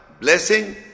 Blessing